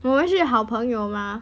我们是好朋友 mah